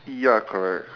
ya correct